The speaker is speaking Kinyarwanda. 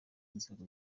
inzego